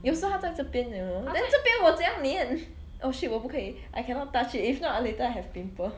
有时它在这边 you know then 这边我怎样黏 oh shit 我不可以 I cannot touch it if not later I have pimple